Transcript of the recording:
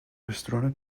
رستوران